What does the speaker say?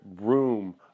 room